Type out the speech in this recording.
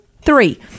three